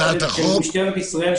משטרת ישראל,